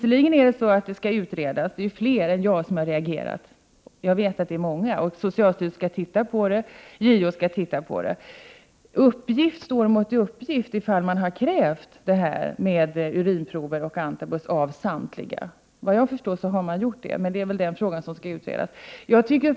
Det är fler än jag som har reagerat, och frågan skall utredas av socialstyrelsen och JO. Uppgift står mot uppgift i frågan om man krävt att samtliga måste acceptera antabusbehandling och urinprovskontroller. Vad jag förstår har man gjort detta, men det är väl den frågan som skall utredas.